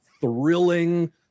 thrilling